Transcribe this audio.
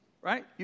right